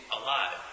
alive